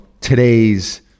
today's